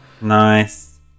Nice